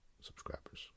subscribers